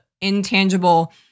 intangible